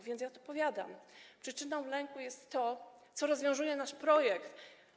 Więc ja odpowiadam: Przyczyną lęku jest to, co rozwiązuje nasz projekt.